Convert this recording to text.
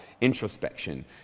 introspection